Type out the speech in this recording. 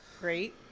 great